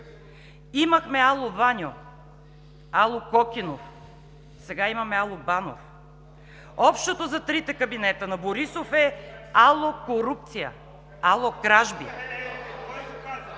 Имахме „Ало, Ваньо“, „Ало, Кокинов“, сега имаме „Ало, Банов“. Общото за трите кабинета на Борисов е: „Ало, корупция“, „Ало, кражби“.